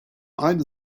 aynı